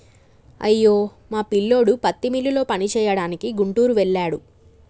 అయ్యో మా పిల్లోడు పత్తి మిల్లులో పనిచేయడానికి గుంటూరు వెళ్ళాడు